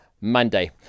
Monday